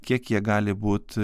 kiek jie gali būt